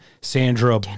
Sandra